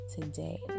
today